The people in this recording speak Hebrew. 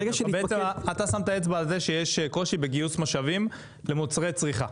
אתה שמת אצבע על זה שיש קושי בגיוס משאבים למוצרי צריכה.